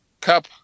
Cup